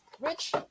Rich